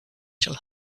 shall